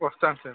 వస్తాను సార్